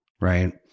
right